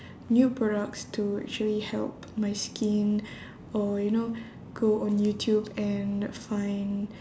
new products to actually help my skin or you know go on youtube and find